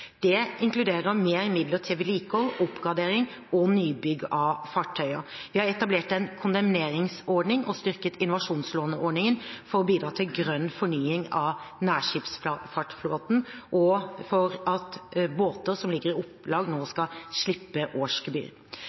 Det inkluderer mer midler til vedlikehold, oppgradering og nybygg av fartøyer. Vi har etablert en kondemneringsordning og styrket innovasjonslåneordningen for å bidra til grønn fornying av nærskipsfartsflåten og for at båter som ligger i opplag, nå skal slippe